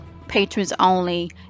Patrons-only